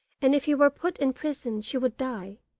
and if he were put in prison she would die.